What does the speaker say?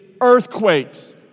earthquakes